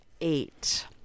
eight